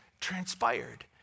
transpired